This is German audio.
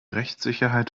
rechtssicherheit